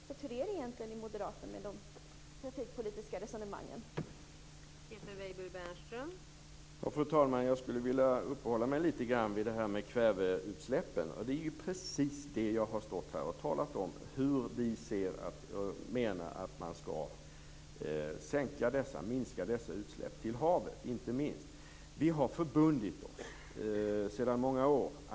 Hur är det egentligen med de trafikpolitiska resonemangen i Moderaterna?